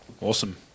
awesome